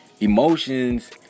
emotions